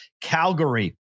Calgary